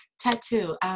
tattoo